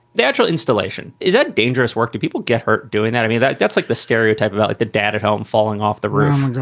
the actual installation is a dangerous work. two people get hurt doing that to me. that's like the stereotype about like the dad at home falling off the roof. go